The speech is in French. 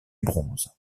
bronze